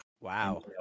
wow